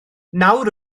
nawr